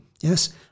yes